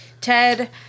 Ted